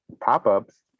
pop-ups